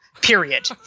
Period